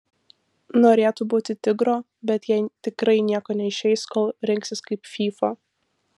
norėtų būti tigro bet jai tikrai nieko neišeis kol rengsis kaip fyfa